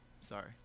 sorry